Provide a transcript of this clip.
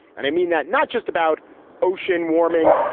and i mean that not just about ocean warming,